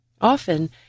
Often